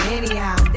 anyhow